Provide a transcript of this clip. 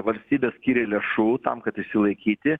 valstybė skyrė lėšų tam kad išsilaikyti